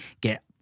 get